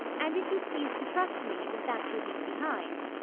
and if you please to trust me with that you leave behind.